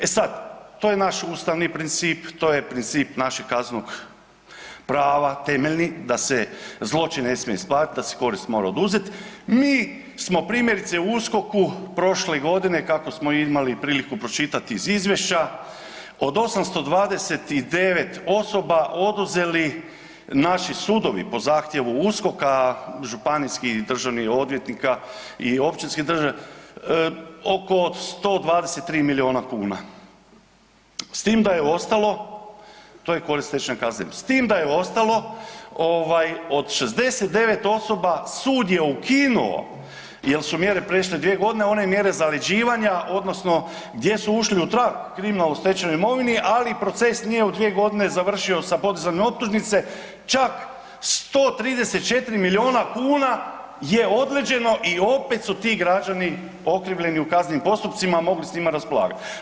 E sad, to je naš ustavni princip, to je princip našeg kaznenog prava temeljni da se zločin ne smije isplatiti, da se korist mora oduzeti, mi smo primjerice u USKOK-u prošle godine kako smo imali priliku pročitati iz izvješća od 829 osoba oduzeli, naši sudovi po zahtjevu USKOK-a županijskih i državnih odvjetnika i općinskih oko 123 miliona kuna s tim da je ostalo, to je korist stečena kaznenim, s tim da je ostalo ovaj od 69 osoba sud je ukinuo jer su mjere prešle 2 godine one mjere zaleđivanja odnosno gdje su ušli u trag kriminalno stečenoj imovini, ali proces nije u 2 godine završio sa podizanjem optužnice čak 134 miliona kuna je odleđeno i opet su ti građani okrivljeni u kaznenim postupcima mogli s njima raspolagati.